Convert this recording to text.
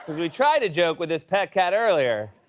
we tried a joke with this pet cat earlier,